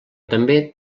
també